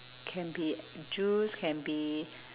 can be juice can be